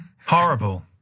Horrible